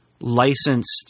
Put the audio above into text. licensed